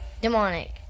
Demonic